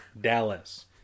Dallas